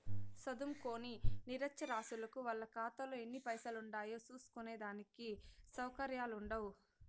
సదుంకోని నిరచ్చరాసులకు వాళ్ళ కాతాలో ఎన్ని పైసలుండాయో సూస్కునే దానికి సవుకర్యాలుండవ్